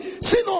Sinon